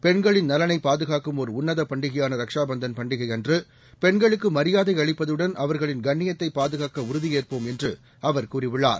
பெண்களின் நலனைப் பாதுகாக்கும் ஒர் உன்னத பண்டிகையான ரக்ஷா பந்தன் பண்டிகையன்று பெண்களுக்கு மரியாதை அளிப்பதுடன் அவர்களின் கண்ணியத்தைப் பாதுகாக்க உறுதியேற்போம் என்று அவர் கூறியுள்ளார்